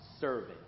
serving